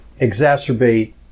exacerbate